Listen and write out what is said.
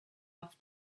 off